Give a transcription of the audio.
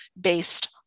based